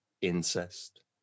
incest